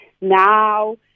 Now